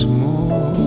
more